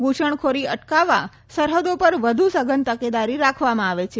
ઘુસણખોરી અટકાવવા સરહદો પર વધુ સઘન તકેદારી રાખવામાં આવે છે